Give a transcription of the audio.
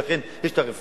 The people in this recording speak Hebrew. ולכן יש רפורמה.